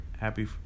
Happy